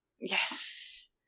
yes